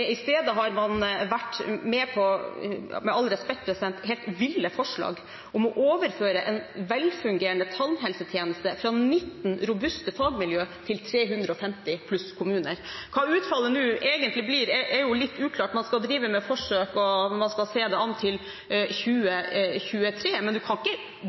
I stedet har man vært med på – med all respekt – helt ville forslag om å overføre en velfungerende tannhelsetjeneste fra 19 robuste fagmiljøer til over 350 kommuner. Hva utfallet nå egentlig blir, er litt uklart. Man skal drive med forsøk, og man skal se det an til 2023, men man kan ikke